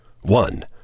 One